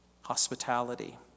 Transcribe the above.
hospitality